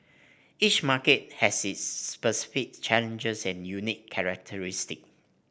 each market has its specific challenges and unique characteristic